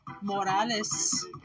Morales